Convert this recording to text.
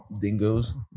dingoes